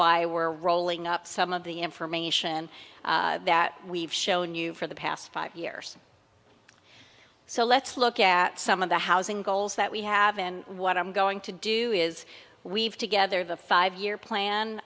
why we're rolling up some of the information that we've shown you for the past five years so let's look at some of the housing goals that we have and what i'm going to do is we've together the five year plan